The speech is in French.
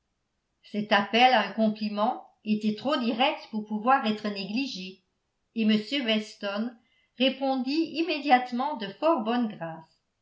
cet appel à un compliment était trop direct pour pouvoir être négligé et m weston répondit immédiatement de fort bonne grâce